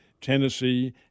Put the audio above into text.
Tennessee